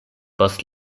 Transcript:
post